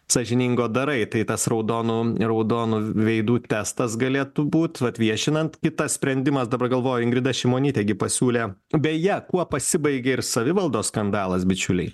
sąžiningo darai tai tas raudonų raudonų veidų testas galėtų būt vat viešinant kitas sprendimas dabar galvoju ingrida šimonytė gi pasiūlė beje kuo pasibaigė ir savivaldos skandalas bičiuliai